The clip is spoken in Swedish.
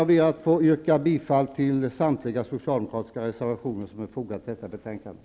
Jag yrkar bifall till samtliga socialdemokratiska reservationer som är fogade till betänkandet.